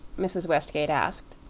mrs. westgate asked.